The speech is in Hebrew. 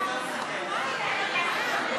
הזאת.